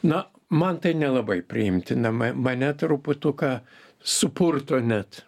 na man tai nelabai priimtina mane truputuką supurto net